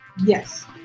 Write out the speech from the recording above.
yes